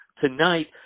tonight